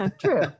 True